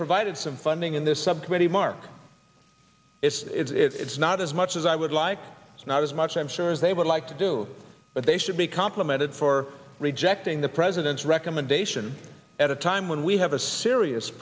provided some funding in this subcommittee mark it's not as much as i would like it's not as much i'm sure they would like to do but they should be complimented for rejecting the president's recommendation at a time when we have a serious